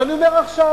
ואני אומר עכשיו: